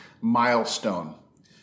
milestone